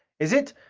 is it?